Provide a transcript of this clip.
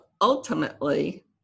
ultimately